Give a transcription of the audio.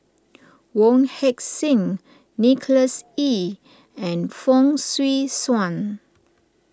Wong Heck Sing Nicholas Ee and Fong Swee Suan